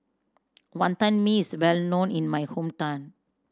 Wantan Mee is well known in my hometown